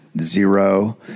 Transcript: zero